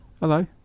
Hello